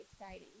exciting